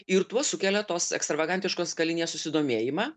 ir tuo sukelia tos ekstravagantiškos kalinės susidomėjimą